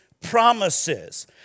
promises